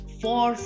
four